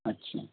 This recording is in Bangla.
আচ্ছা